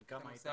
בן כמה היית?